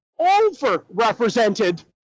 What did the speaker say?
overrepresented